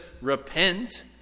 repent